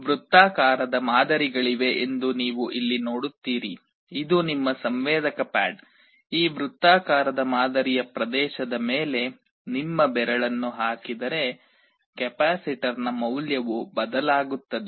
ವೃತ್ತಾಕಾರದ ಮಾದರಿಗಳಿವೆ ಎಂದು ನೀವು ಇಲ್ಲಿ ನೋಡುತ್ತೀರಿ ಇದು ನಿಮ್ಮ ಸಂವೇದಕ ಪ್ಯಾಡ್ ಈ ವೃತ್ತಾಕಾರದ ಮಾದರಿಯ ಪ್ರದೇಶದ ಮೇಲೆ ನಿಮ್ಮ ಬೆರಳನ್ನು ಹಾಕಿದರೆ ಕೆಪಾಸಿಟರ್ನ ಮೌಲ್ಯವು ಬದಲಾಗುತ್ತದೆ